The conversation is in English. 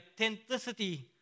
authenticity